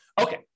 Okay